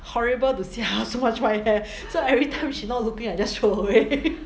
horrible to see how so much white hair so everytime she not looking I just throw away